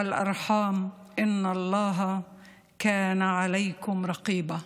וקרובי הרחם, האל צופה בכם".)